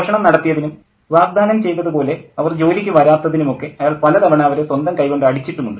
മോഷണം നടത്തിയതിനും വാഗ്ദാനം ചെയ്തതുപോലെ അവർ ജോലിക്ക് വരാത്തതിനും ഒക്കെ അയാൾ പലതവണ അവരെ സ്വന്തം കൈകൊണ്ട് അടിച്ചിട്ടുമുണ്ട്